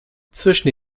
zwischen